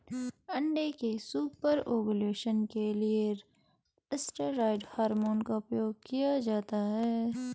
अंडे के super ovulation के लिए स्टेरॉयड हार्मोन का उपयोग किया जाता है